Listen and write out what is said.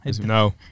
no